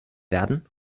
werden